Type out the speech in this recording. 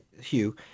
Hugh